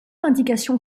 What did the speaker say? indication